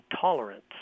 tolerance